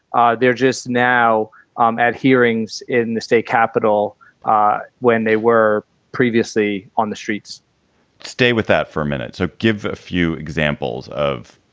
ah they're just now um at hearings in the state capital ah when they were previously on the streets stay with that for minute. so give a few examples of.